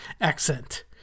accent